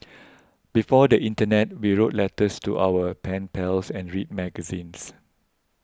before the internet we wrote letters to our pen pals and read magazines